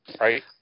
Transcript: right